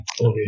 Okay